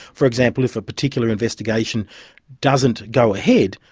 for example, if a particular investigation doesn't go ahead,